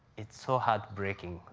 it's so heartbreaking.